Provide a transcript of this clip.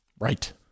Right